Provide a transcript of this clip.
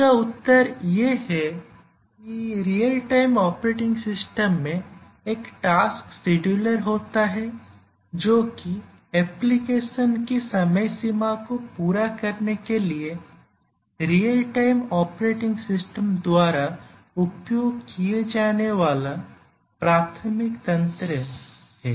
इसका उत्तर यह है कि रियल टाइम ऑपरेटिंग सिस्टम में एक टास्क शेड्यूलर होता है जो कि एप्लीकेशन की समय सीमा को पूरा करने के लिए रियल टाइम ऑपरेटिंग सिस्टम द्वारा उपयोग किया जाने वाला प्राथमिक तंत्र है